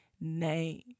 name